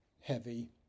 heavy